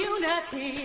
unity